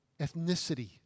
ethnicity